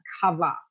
cover